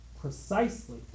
Precisely